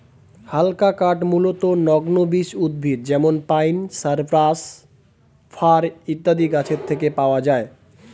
হালকা কাঠ মূলতঃ নগ্নবীজ উদ্ভিদ যেমন পাইন, সাইপ্রাস, ফার ইত্যাদি গাছের থেকে পাওয়া যায়